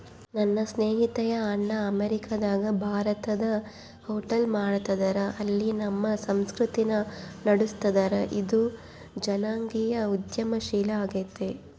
ನನ್ನ ಸ್ನೇಹಿತೆಯ ಅಣ್ಣ ಅಮೇರಿಕಾದಗ ಭಾರತದ ಹೋಟೆಲ್ ಮಾಡ್ತದರ, ಅಲ್ಲಿ ನಮ್ಮ ಸಂಸ್ಕೃತಿನ ನಡುಸ್ತದರ, ಇದು ಜನಾಂಗೀಯ ಉದ್ಯಮಶೀಲ ಆಗೆತೆ